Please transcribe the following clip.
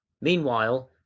Meanwhile